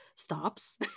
stops